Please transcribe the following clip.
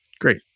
Great